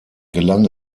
gelang